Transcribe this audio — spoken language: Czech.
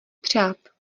přát